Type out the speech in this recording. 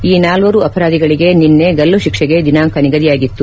ಈ ನಾಲ್ವರು ಅಪರಾಧಿಗಳಿಗೆ ನಿನ್ನೆ ಗಲ್ಲು ಶಿಕ್ಷೆಗೆ ದಿನಾಂಕ ನಿಗದಿಯಾಗಿತ್ತು